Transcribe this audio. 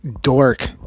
dork